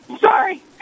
Sorry